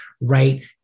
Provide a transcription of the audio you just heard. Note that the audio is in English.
right